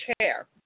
chair